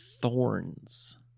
thorns